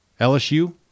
LSU